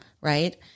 right